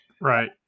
Right